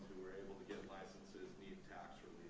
were able to get licenses need tax